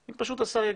אם פשוט השר יגיד,